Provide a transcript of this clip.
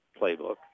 playbook